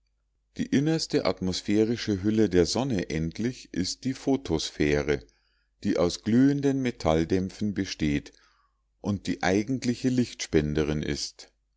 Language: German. die innerste atmosphärische hülle der sonne endlich ist die photosphäre die aus glühenden metalldämpfen besteht und die eigentliche lichtspenderin ist